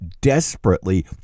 desperately